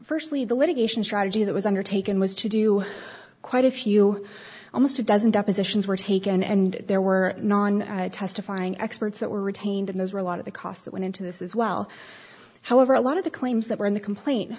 firstly the litigation strategy that was undertaken was to do quite a few almost a dozen depositions were taken and there were non testifying experts that were retained and those were a lot of the costs that went into this as well however a lot of the claims that were in the complaint